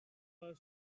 our